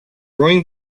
rowing